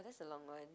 oh that's a long one